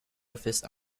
office